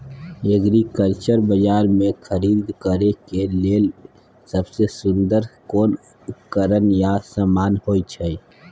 Agriculture बाजार में खरीद करे के लेल सबसे सुन्दर कोन उपकरण या समान होय छै?